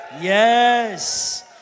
Yes